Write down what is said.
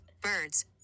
birds